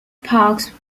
parks